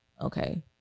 okay